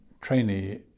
trainee